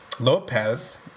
Lopez